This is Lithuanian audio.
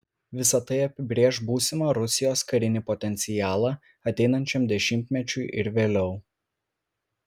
visa tai apibrėš būsimą rusijos karinį potencialą ateinančiam dešimtmečiui ir vėliau